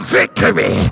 victory